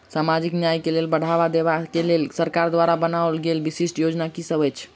सामाजिक न्याय केँ बढ़ाबा देबा केँ लेल सरकार द्वारा बनावल गेल विशिष्ट योजना की सब अछि?